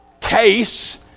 case